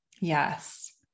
Yes